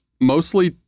Mostly